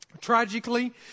Tragically